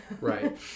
Right